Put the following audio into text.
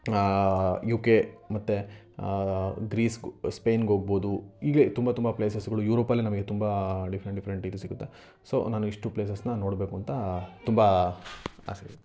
you K ಮತ್ತು ಗ್ರೀಸ್ಗೂ ಸ್ಪೇನ್ಗೋಗ್ಬೋದು ಹೀಗೆ ತುಂಬ ತುಂಬ ಪ್ಲೇಸಸ್ಗಳು ಯುರೋಪಲ್ಲೇ ನಮಗೆ ತುಂಬ ಡಿಫ್ರೆಂಟ್ ಡಿಫ್ರೆಂಟ್ ಇದು ಸಿಗುತ್ತೆ ಸೋ ನಾನು ಇಷ್ಟು ಪ್ಲೇಸಸನ್ನ ನೋಡಬೇಕು ಅಂತ ತುಂಬ ಆಸೆ